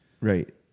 Right